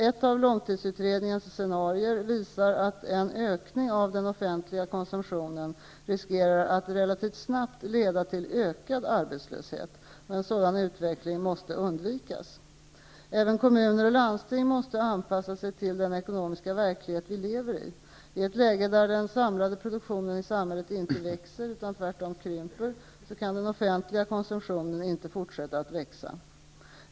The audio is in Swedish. Ett av långtidsutredningens scenarier visar att en ökning av den offentliga konsumtionen riskerar att relativt snabbt leda till ökad arbetslöshet. En sådan utveckling måste undvikas. Även kommuner och landsting måste anpassa sig till den ekonomiska verklighet vi lever i. I ett läge där den samlade produktionen i samhället inte växer utan tvärtom krymper, kan den offentliga konsumtionen inte fortsätta att växa.